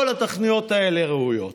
כל התוכניות האלה ראויות.